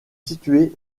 situées